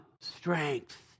strength